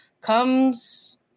comes